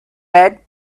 bed